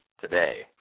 today